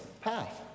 path